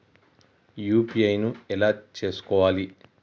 UPI ను ఎలా చేస్కోవాలి?